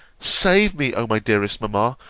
save me, o my dearest mamma,